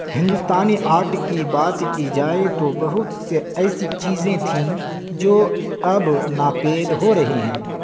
ہندوستانی آرٹ کی بات کی جائے تو بہت سی ایسی چیزیں تھیں جو اب ناپید ہو رہی ہیں